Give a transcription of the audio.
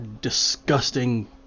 disgusting